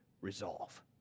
resolve